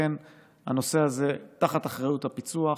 לכן הנושא הזה הוא באחריות הפיצו"ח,